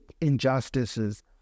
injustices